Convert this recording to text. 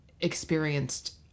experienced